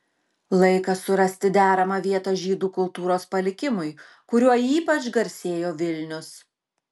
laikas surasti deramą vietą žydų kultūros palikimui kuriuo ypač garsėjo vilnius